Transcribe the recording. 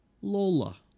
Lola